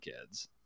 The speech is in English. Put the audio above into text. kids